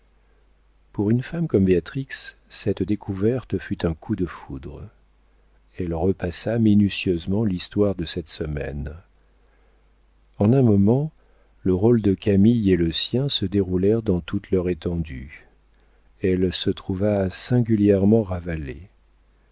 pour une femme comme béatrix cette découverte fut un coup de foudre elle repassa minutieusement l'histoire de cette semaine en un moment le rôle de camille et le sien se déroulèrent dans toute leur étendue elle se trouva singulièrement ravalée